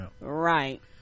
right